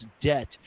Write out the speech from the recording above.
debt